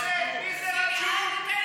מי זה רג'וב?